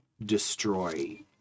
destroy